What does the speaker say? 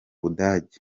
budage